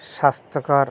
স্বাস্থ্যকর